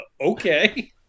okay